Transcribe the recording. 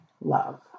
love